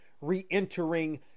re-entering